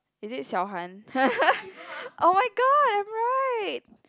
is it xiao-han oh-my-god I'm right